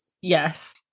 Yes